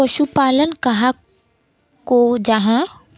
पशुपालन कहाक को जाहा?